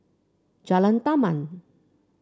Jalan Taman